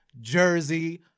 jersey